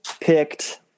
picked